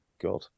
God